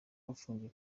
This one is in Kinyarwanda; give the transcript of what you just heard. bafungiye